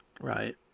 right